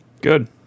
Good